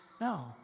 No